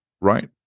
Right